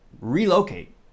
relocate